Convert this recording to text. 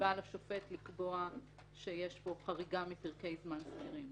סיבה לשופט לקבוע שיש פה חריגה מפרקי זמן סבירים,